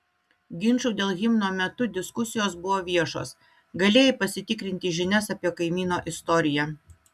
ginčų dėl himno metu diskusijos buvo viešos galėjai pasitikrinti žinias apie kaimyno istoriją